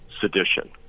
sedition